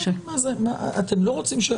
אתם לא רוצים?